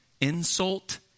insult